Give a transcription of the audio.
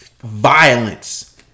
violence